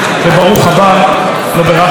הוא חזר, חזר אלינו.